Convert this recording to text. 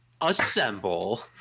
assemble